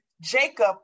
Jacob